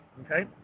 okay